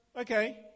okay